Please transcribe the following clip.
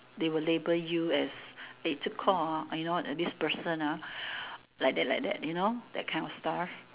they were label you as they took call you know this person ah like that like that you know that kind of stuff